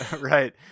Right